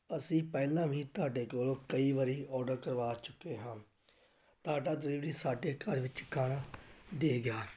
ਅਸੀਂ ਪਹਿਲਾਂ ਵੀ ਤੁਹਾਡੇ ਕੋਲੋਂ ਕਈ ਵਾਰ ਔਡਰ ਕਰਵਾ ਚੁੱਕੇ ਹਾਂ ਤੁਹਾਡਾ ਡਿਲੀਵਰੀ ਸਾਡੇ ਘਰ ਵਿੱਚ ਖਾਣਾ ਦੇ ਗਿਆ